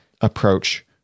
approach